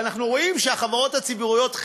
ואנחנו רואים שהחברות הציבוריות,